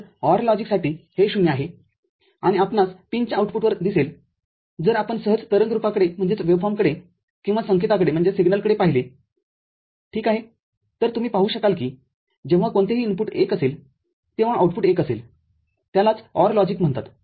तर OR लॉजिकसाठी हे 0 आहेआणि आपणास पिनच्या आऊटपुटवर दिसेलजर आपण सहज तरंगरुपाकडेकिंवा संकेताकडे पाहिले ठीक आहेतर तुम्ही पाहू शकाल कि जेव्हा कोणतेही इनपुट१असेल तेव्हा आउटपुट१ असेल त्यालाच OR लॉजिकम्हणतात